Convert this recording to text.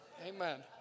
Amen